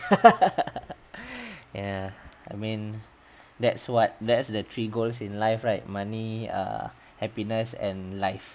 ya I mean that's what that's the three goals in life right money err happiness and life